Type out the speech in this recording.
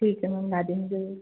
ठीक है मैम ला देंगे